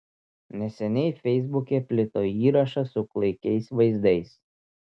neseniai feisbuke plito įrašas su klaikiais vaizdais